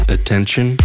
Attention